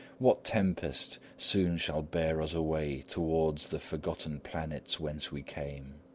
what tempest soon shall bear us away towards the forgotten planets whence we came?